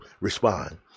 respond